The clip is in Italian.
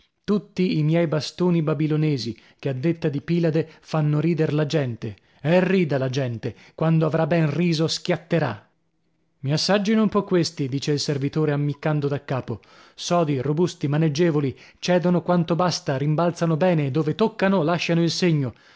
tutti i miei bastoni babilonesi che a detta di pilade fanno rider la gente e rida la gente quando avrà ben riso schiatterà mi assaggino un po questi dice il servitore ammiccando da capo sodi robusti maneggevoli cedono quanto basta rimbalzano bene e dove toccano lasciano il segno